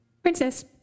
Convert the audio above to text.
Princess